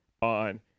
on